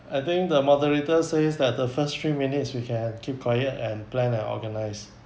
I think the moderator says that the first three minutes we can keep quiet and plan and organize